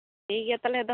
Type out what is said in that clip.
ᱴᱷᱤᱠᱜᱮᱭᱟ ᱛᱟᱦᱚᱞᱮ ᱫᱚ